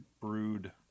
brewed